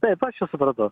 taip aš jus supratau